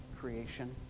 creation